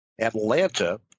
Atlanta